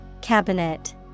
Cabinet